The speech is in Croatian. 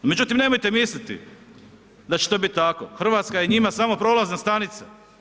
Međutim, nemojte misliti da će to biti tako, Hrvatska je njima samo prolazna stanica.